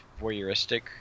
voyeuristic